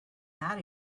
that